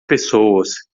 pessoas